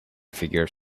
figure